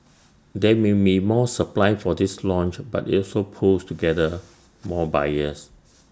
there may be more supply for this launch but IT also pools together more buyers